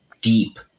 deep